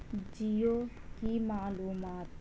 جیو کی معلومات